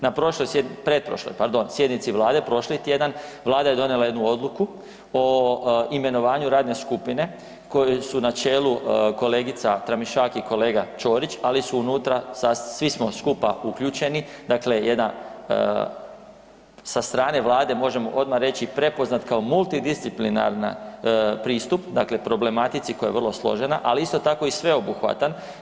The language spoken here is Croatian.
Na prošloj, pretprošloj pardon sjednici Vlade prošli tjedan, Vlada je donijela jednu odluku o imenovanju radne skupine kojoj su na čelu kolegica Tramišak i kolega Ćorić, ali su unutra, svi smo skupa uključeni, dakle jedan sa strane Vlade možemo odmah reći prepoznat kao multidisciplinaran pristup, dakle problematici koja je vrlo složena, ali isto tako i sveobuhvatan.